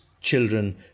children